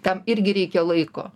tam irgi reikia laiko